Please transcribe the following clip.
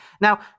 Now